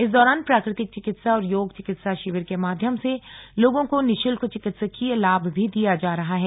इस दौरान प्राकृतिक चिकित्सा और योग चिकित्सा शिविर के माध्यम से लोगों को निशुल्क चिकित्सकीय लाभ भी दिया जा रहा है